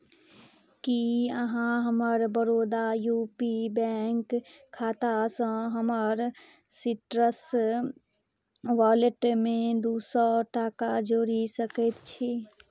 की अहाँ हमर Baroda U P bank खातासँ हमर सीट्रस वॉलेटमे दू सए टाका जोड़ि सकैत छी